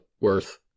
worth